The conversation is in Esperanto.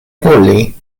voli